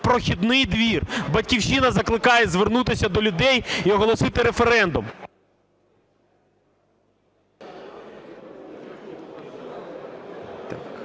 "прохідний двір". "Батьківщина" закликає звернутися до людей і оголосити референдум.